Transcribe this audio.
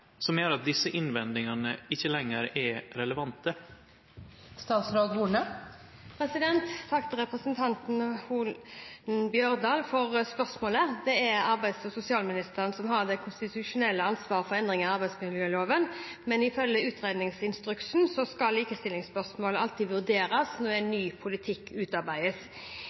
som gjer at desse innvendingane ikkje lenger er relevante?» Takk til representanten Holen Bjørdal for spørsmålet. Det er arbeids- og sosialministeren som har det konstitusjonelle ansvaret for endringene i arbeidsmiljøloven, men ifølge utredningsinstruksen skal likestillingsspørsmål alltid vurderes når ny politikk